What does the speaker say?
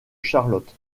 charlotte